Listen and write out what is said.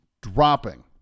dropping